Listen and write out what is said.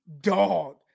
dog